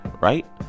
right